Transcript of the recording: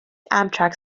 amtrak